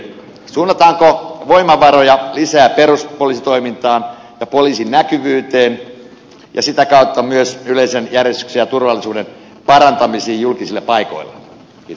suunnataanko voimavaroja lisää peruspoliisitoimintaan ja poliisin näkyvyyteen ja sitä kautta myös yleisen järjestyksen ja turvallisuuden parantamiseen julkisilla paikoilla